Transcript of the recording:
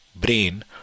brain